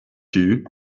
you